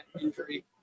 injury